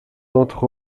entre